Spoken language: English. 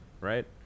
right